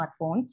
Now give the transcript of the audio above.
smartphone